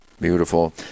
beautiful